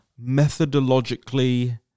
methodologically